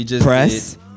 Press